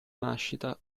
nascita